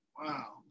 Wow